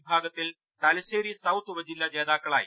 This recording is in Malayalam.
വിഭാഗത്തിൽ തലശ്ശേരി സൌത്ത് ഉപജില്ല ജേതാക്കളായി